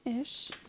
ish